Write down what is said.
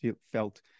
felt